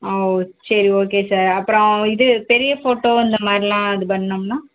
ஆ ஓ சரி okay sir அப்பறம் இது பெரிய ஃபோட்டோ இந்த மாதிரிலாம் இது பண்ணோம்னா